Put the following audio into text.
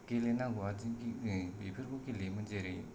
गेलेनांगौआदि बेफोरखौ गेलेयोमोन जेरै